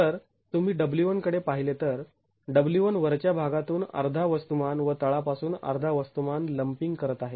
तर तुम्ही W1 कडे पाहिले तर W1 वरच्या भागातून अर्धा वस्तुमान व तळापासून अर्धा वस्तुमान लंपिंग करत आहे